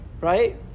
right